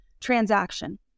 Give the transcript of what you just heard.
transaction